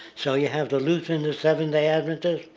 so you have the lutheran, the seventh-day adventist,